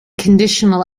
conditional